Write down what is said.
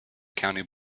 county